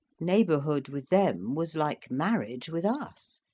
neighbourhood with them was like marriage with us.